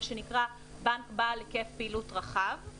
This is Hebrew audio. מה שנקרא בנק בעל היקף פעילות רחב,